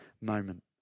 moment